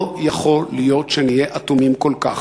לא יכול להיות שנהיה אטומים כל כך.